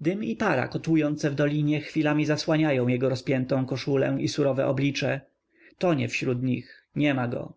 dym i para kotłujące w dolinie chwilami zasłaniają jego rozpiętą koszulę i surowe oblicze tonie wśród nich nie ma go